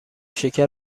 شکر